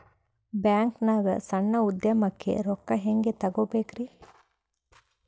ಬ್ಯಾಂಕ್ನಾಗ ಸಣ್ಣ ಉದ್ಯಮಕ್ಕೆ ರೊಕ್ಕ ಹೆಂಗೆ ತಗೋಬೇಕ್ರಿ?